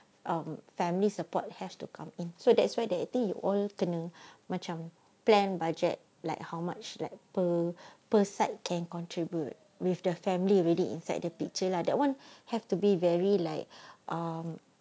um family support have to come in so that's why that day you all kena macam plan budget like how much like per per side can contribute with their family already inside the picture lah that [one] have to be very like um